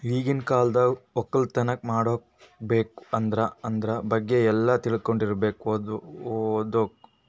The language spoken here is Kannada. ಈಗಿನ್ ಕಾಲ್ದಾಗ ವಕ್ಕಲತನ್ ಮಾಡ್ಬೇಕ್ ಅಂದ್ರ ಆದ್ರ ಬಗ್ಗೆ ಎಲ್ಲಾ ತಿಳ್ಕೊಂಡಿರಬೇಕು ಓದ್ಬೇಕು